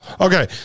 okay